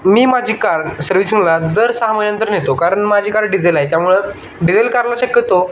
मी माझी कार सर्व्हिसिंगला दर सहा महिन्यांतर नेतो कारण माझी कार डिझेल आहे त्यामुळं डिझेल कारला शक्यतो